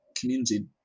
community